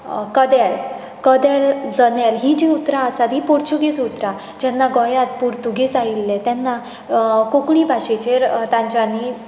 कदेल कदेल जनेल हीं जीं उतरां आसात तीं पोर्तुगीज उतरां जेन्ना गोंयांत पुर्तुगेज आयिल्ले तेन्ना कोंकणी भाशेचेर तेंच्यांनी